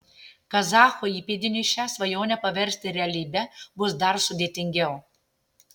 kazacho įpėdiniui šią svajonę paversti realybe bus dar sudėtingiau